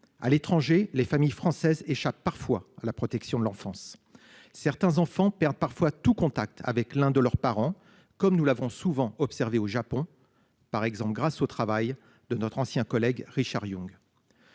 à l'étranger les familles françaises échappe parfois la protection de l'enfance. Certains enfants perdent parfois tout contact avec l'un de leurs parents comme nous l'avons souvent observé au Japon par exemple, grâce au travail de notre ancien collègue Richard Yung.